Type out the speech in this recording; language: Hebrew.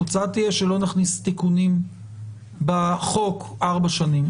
התוצאה תהיה שלא נכניס תיקונים בחוק ארבע שנים.